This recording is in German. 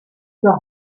für